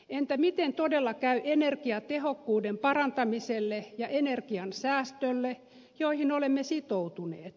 entä miten todella käy energiatehokkuuden parantamiselle ja energiansäästölle joihin olemme sitoutuneet